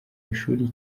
ishuri